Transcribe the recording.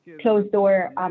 closed-door